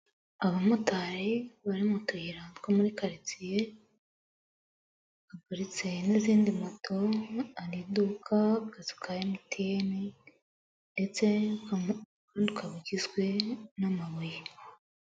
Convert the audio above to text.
Abamotari bari mu tuyira two muri karitsiye haparitse n'izindi moto hari iduka akazu ka emutiyeni, ndetse ukaba ugizwe n'amabuye.